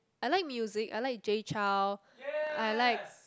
I like music I like Jay-Chou I like